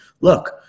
look